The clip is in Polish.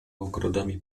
ogrodami